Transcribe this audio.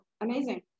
amazing